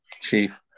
Chief